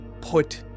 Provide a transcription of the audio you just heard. put